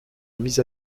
mis